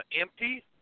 empty